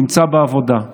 נמצא בעבודה.